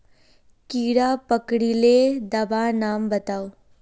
कीड़ा पकरिले दाबा नाम बाताउ?